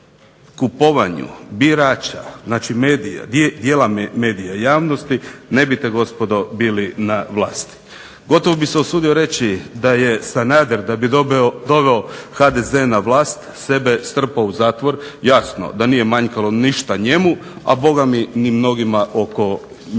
kupovanju birača, znači medija, dijela medija i javnosti ne biste gospodo bili na vlasti. Gotovo bih se usudio reći da je Sanader da bi doveo HDZ na vlast sebe strpao u zatvor. Jasno, da nije manjkalo ništa njemu, a bogami ni mnogima oko njega.